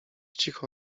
cicho